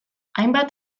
hainbat